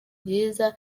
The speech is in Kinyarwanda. cyiza